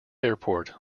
airport